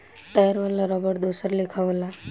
tyre वाला रबड़ दोसर लेखा होला